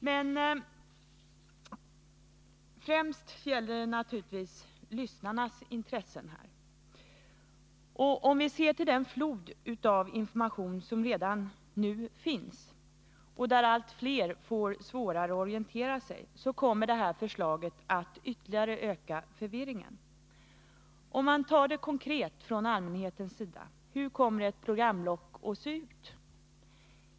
Men främst gäller det naturligtvis lyssnarnas intressen. Redan nu finns det en flod av information som gör att allt fler får svårare att orientera sig. Om det nu föreliggande förslaget genomförs kommer förvirringen att öka ytterligare. Om man ser det konkret från allmänhetens synpunkt, hur kommer då ett 189 programblock att se ut?